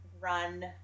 run